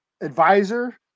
advisor